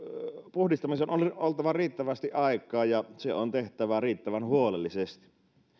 puhdistamiseen on oltava riittävästi aikaa ja se on tehtävä riittävän huolellisesti